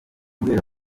guhera